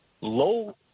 low